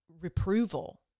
reproval